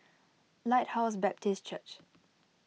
Lighthouse Baptist Church